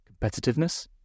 Competitiveness